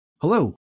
Hello